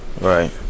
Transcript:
Right